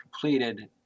completed